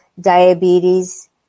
diabetes